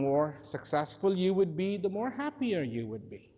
more successful you would be the more happier you would be